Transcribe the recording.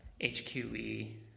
HQE